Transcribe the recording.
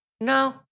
No